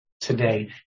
today